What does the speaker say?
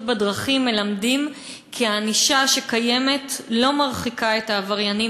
בדרכים מלמדים כי הענישה הקיימת לא מרחיקה את העבריינים